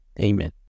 Amen